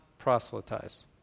proselytize